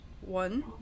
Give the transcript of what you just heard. one